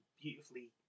beautifully